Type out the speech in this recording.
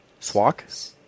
Swak